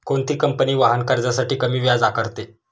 कोणती कंपनी वाहन कर्जासाठी कमी व्याज आकारते?